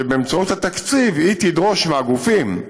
ובאמצעות התקציב היא תדרוש מהגופים,